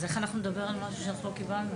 אז איך אנחנו נדבר על משהו שלא קיבלנו?